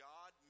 God